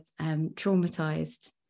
traumatized